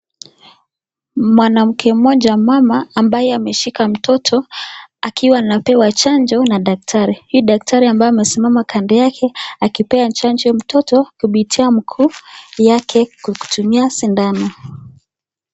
Mwanamke mmoja mama ambaye ameshika mtoto akiwa anapewa chanjo na daktari. Huyu daktari ambaye amesimama kando yake akipea chanjo huyu mtoto kupitia mguu yake kutumia sindano.